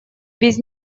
без